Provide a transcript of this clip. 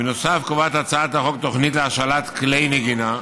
נוסף על כך קובעת הצעת החוק תוכנית להשאלת כלי נגינה,